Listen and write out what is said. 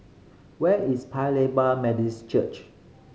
where is Paya Lebar Church